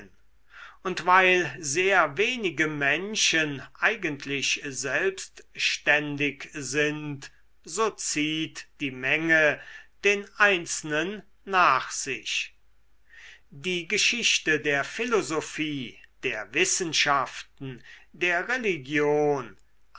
und weil sehr wenige menschen eigentlich selbstständig sind so zieht die menge den einzelnen nach sich die geschichte der philosophie der wissenschaften der religion